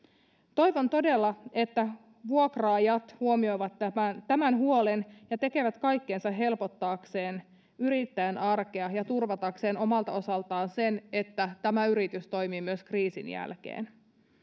toivon todella että vuokraajat huomioivat tämän tämän huolen ja tekevät kaikkensa helpottaakseen yrittäjän arkea ja turvatakseen omalta osaltaan sen että tämä yritys toimii myös kriisin jälkeen